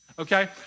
Okay